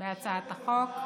בהצעת החוק.